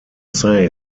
say